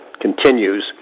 continues